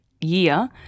year